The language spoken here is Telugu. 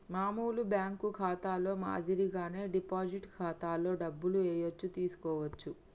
మామూలు బ్యేంకు ఖాతాలో మాదిరిగానే డిపాజిట్ ఖాతాలో డబ్బులు ఏయచ్చు తీసుకోవచ్చు